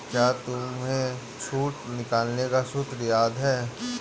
क्या तुम्हें छूट निकालने का सूत्र याद है?